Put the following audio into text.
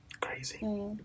Crazy